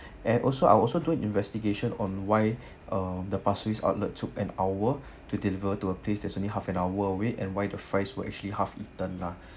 and also I'll also do an investigation on why uh the Pasir Ris outlet took an hour to deliver to a place that's only half an hour away and why the fries were actually half eaten lah